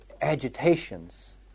agitations